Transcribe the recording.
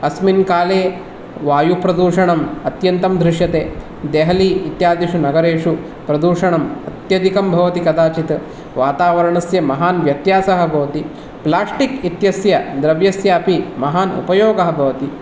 अस्मिन् काले वायुप्रदूषणं अत्यन्तं दृश्यते देहली इत्यादिषु नगरेषु प्रदूषणं अत्यधिकं भवति कदाचित् वातावरणस्य महान् व्यत्यासः भवति प्लेष्टिक् इत्यस्य द्रव्यस्यापि महान् उपयोगः भवति